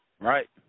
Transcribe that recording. Right